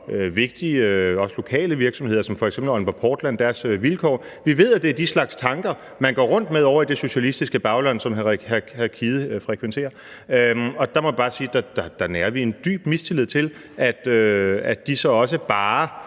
vigtige også lokale virksomheder som f.eks. Aalborg Portland skal se bort fra deres vilkår. Vi ved, at det er den slags tanker, man går rundt med ovre i det socialistiske bagland, som hr. Ruben Kidde frekventerer. Og der må jeg bare sige, at der nærer vi en dyb mistillid til, at de ikke bare